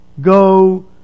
go